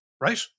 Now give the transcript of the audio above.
right